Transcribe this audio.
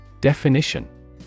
Definition